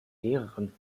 lehrerin